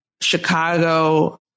Chicago